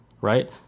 right